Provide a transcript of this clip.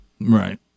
Right